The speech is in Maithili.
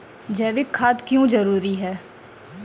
जैविक खाद क्यो जरूरी हैं?